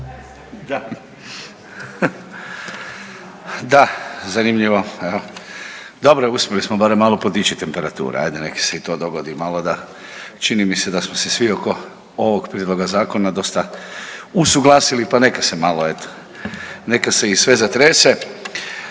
Davor (DP)** Dobro, uspjeli smo barem malo podići temperaturu, ajde neka se i to dogodili malo da, čini mi se da smo se svi oko ovog prijedloga zakona dosta usuglasili pa neka se i sve zatrese.